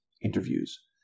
interviews